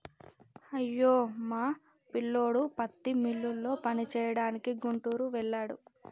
అయ్యో మా పిల్లోడు పత్తి మిల్లులో పనిచేయడానికి గుంటూరు వెళ్ళాడు